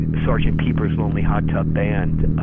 sort of pepper's lonely hearts club band,